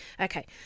Okay